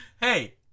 Hey